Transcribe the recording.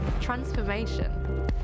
transformation